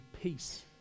peace